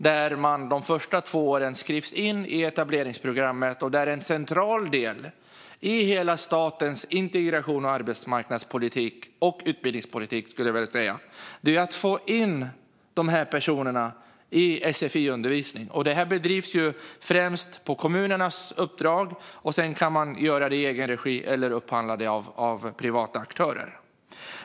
Där skrivs personer de första två åren in i etableringsprogrammen. En central del i hela statens integration, arbetsmarknadspolitik och utbildningspolitik, är att få in dessa personer i sfi-undervisning. Det bedrivs främst på kommunernas uppdrag. Sedan kan man göra det i egen regi eller upphandla det av privata aktörer.